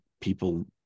people